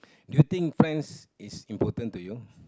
do you think friends is important to you